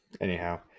anyhow